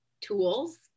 tools